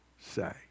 say